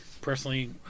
personally